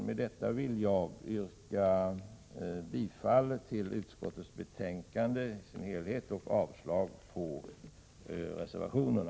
Med detta yrkar jag bifall till utskottets hemställan och avslag på reservationerna.